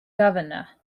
governor